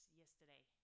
yesterday